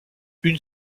une